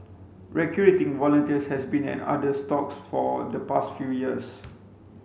recruiting volunteers has been an arduous task for the past few years